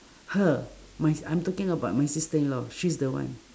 her my I'm talking about my sister-in-law she's the one